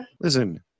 listen